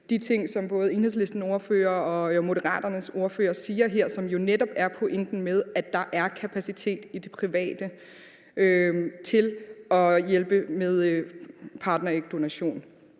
de ting, som både Enhedslistens ordfører og Moderaternes ordfører siger her, som jo netop er pointen med, at der er kapacitet i det private til at hjælpe med partnerægdonation.